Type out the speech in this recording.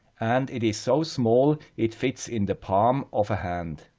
and it is so small, it fits in the palm of a hand.